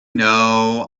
know